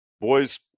Boys